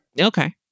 Okay